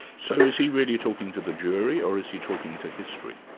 so is he really talking to the jury or is he talking to history?